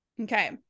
Okay